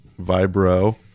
Vibro